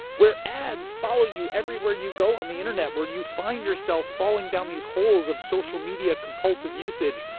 where ads follow you everywhere you go on the internet, where you find yourself falling down these holes of social media, compulsive usage,